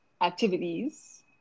activities